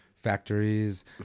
Factories